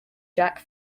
jack